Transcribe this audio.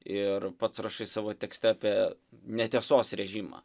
ir pats rašai savo tekste apie netiesos režimą